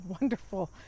wonderful